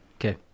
Okay